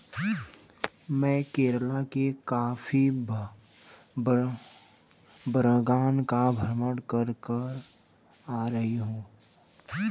मैं केरल के कॉफी बागान का भ्रमण करके आ रहा हूं